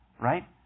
right